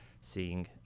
seeing